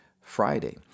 Friday